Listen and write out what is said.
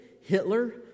Hitler